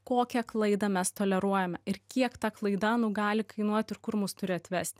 kokią klaidą mes toleruojame ir kiek ta klaida nu gali kainuoti ir kur mus turi atvesti